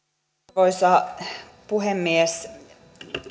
arvoisa puhemies